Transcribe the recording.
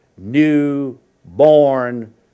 new-born